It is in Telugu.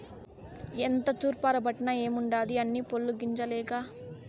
ఎంత తూర్పారబట్టిన ఏముండాది అన్నీ పొల్లు గింజలేగా